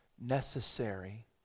necessary